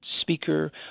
speaker